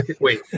Wait